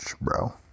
bro